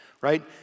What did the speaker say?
right